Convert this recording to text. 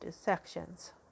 sections